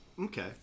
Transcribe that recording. Okay